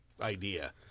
idea